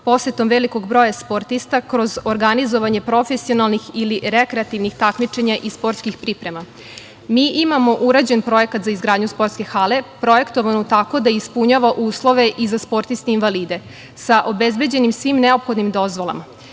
posetom velikog broja sportista kroz organizovanje profesionalnih ili rekreativnih takmičenja i sportskih priprema. Mi imamo urađen projekat za izgradnju sportske hale projektovanu tako da ispunjava uslove i za sportiste invalide, sa obezbeđenim svim neophodnim dozvolama.I